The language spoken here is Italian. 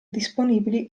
disponibili